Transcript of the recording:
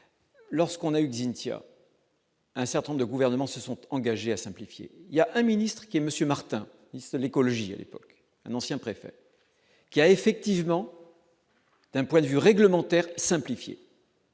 Lorsqu'on a eu Xynthia. Un certain nombre de gouvernements se sont engagés à simplifier il y a un ministre qui est Monsieur Martin, l'écologie, à l'époque un ancien préfet qui a effectivement. D'un point de vue réglementaire simplifié.